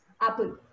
Apple